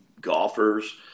golfers